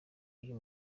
uyu